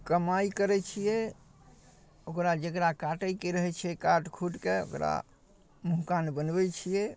कमाइ करै छिए ओकरा जकरा काटैके रहै छै काटि खोँटिके ओकरा मुँह कान बनबै छिए